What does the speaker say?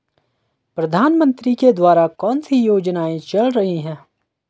प्रधानमंत्री के द्वारा कौनसी योजनाएँ चल रही हैं?